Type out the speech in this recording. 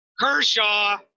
Kershaw